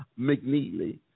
McNeely